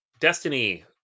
Destiny